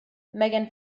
megan